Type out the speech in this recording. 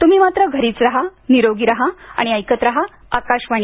तुम्ही मात्र घरीच रहा निरोगी रहा आणि ऐकत रहा आकाशवाणी